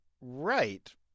right